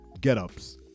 get-ups